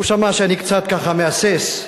הוא שמע שאני קצת, ככה, מהסס,